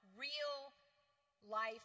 real-life